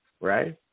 right